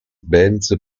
benz